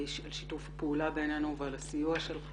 על שיתוף הפעולה בינינו ועל הסיוע שלך